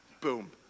Boom